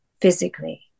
physically